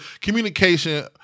Communication